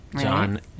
John